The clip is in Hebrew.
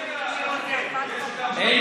אין